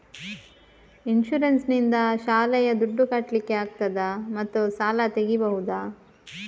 Insurance ನಿಂದ ಶಾಲೆಯ ದುಡ್ದು ಕಟ್ಲಿಕ್ಕೆ ಆಗ್ತದಾ ಮತ್ತು ಸಾಲ ತೆಗಿಬಹುದಾ?